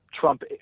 Trump